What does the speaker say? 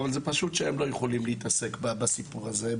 אבל פשוט הם לא יכולים להתעסק בסיפור הזה.